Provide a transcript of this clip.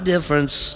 Difference